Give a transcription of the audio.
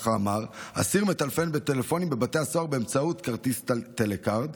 אסיר מטלפן בטלפונים בבתי הסוהר באמצעות כרטיס טלכרד.